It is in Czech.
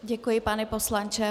Děkuji, pane poslanče.